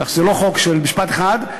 כך שזה לא חוק של משפט אחד.